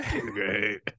Great